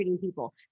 people